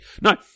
No